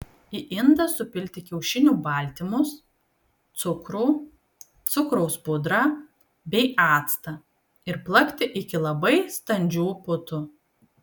į indą supilti kiaušinių baltymus cukrų cukraus pudrą bei actą ir plakti iki labai standžių putų